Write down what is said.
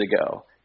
ago